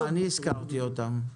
אני הזכרתי אותם.